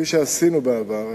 כפי שעשינו בעבר,